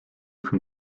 from